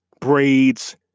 braids